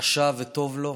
רשע וטוב לו,